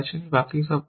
বাকি সব টেবিলে